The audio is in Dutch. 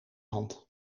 hand